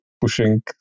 pushing